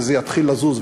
וזה יתחיל לזוז,